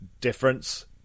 difference